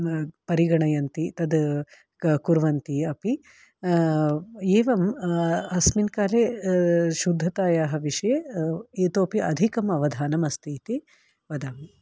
परिगणयन्ति तद् कुर्वन्ति अपि एवम् अस्मिन् काले शुद्धतायाः विषये इतोपि अधिकम् अवधानम् अस्ति इति वदामि